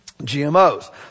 GMOs